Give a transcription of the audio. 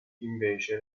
invece